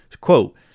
Quote